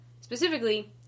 Specifically